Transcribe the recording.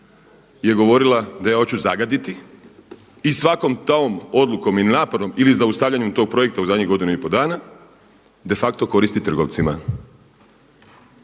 je govorila da ja hoću zagaditi i svakom tom odlukom ili napadom ili zaustavljanjem tog projekta u zadnjih godinu i pol dana de facto koristit trgovcima.